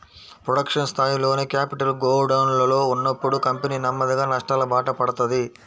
production స్థాయిలోనే capital గోడౌన్లలో ఉన్నప్పుడు కంపెనీ నెమ్మదిగా నష్టాలబాట పడతది